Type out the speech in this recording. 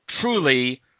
truly